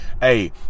hey